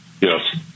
yes